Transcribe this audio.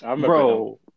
bro